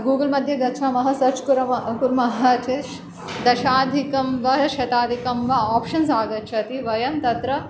Google मद्ये गच्छामः search कुर्म कुर्मः चेत् दशाधिकं वा शतादिकं वा आप्षन्स् आगच्छति वयं तत्र